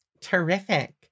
Terrific